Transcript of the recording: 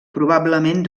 probablement